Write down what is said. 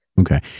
Okay